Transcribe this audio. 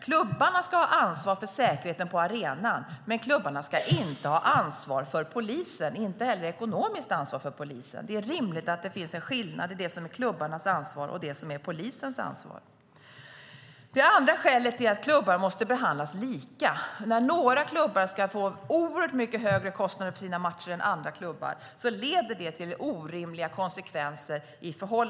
Klubbarna ska ha ansvar för säkerheten på arenan, men klubbarna ska inte ha ansvar för polisen och inte heller ekonomiskt ansvar för polisen. Det är rimligt att det finns en skillnad mellan det som är klubbarnas ansvar och det som är polisens ansvar. Det andra skälet är att klubbar måste behandlas lika. Att några klubbar får oerhört mycket högre kostnader för sina matcher än andra klubbar leder till orimliga konsekvenser.